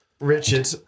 Richard